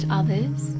others